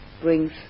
brings